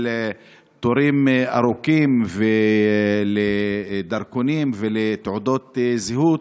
תורים ארוכים לדרכונים ולתעודות זהות,